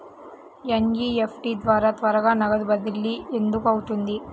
NEFT ద్వారా త్వరగా నగదు బదిలీ ఎందుకు అవుతుంది?